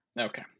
Okay